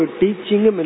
teaching